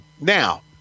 Now